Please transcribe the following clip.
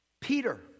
Peter